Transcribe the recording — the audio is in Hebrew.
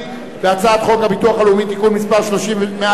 וחוק הביטוח הלאומי (תיקון מס' 133)